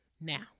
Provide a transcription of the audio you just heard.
now